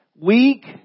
Weak